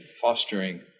fostering